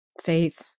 Faith